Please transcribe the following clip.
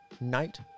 night